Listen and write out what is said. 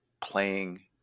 playing